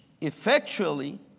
effectually